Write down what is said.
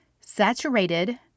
Saturated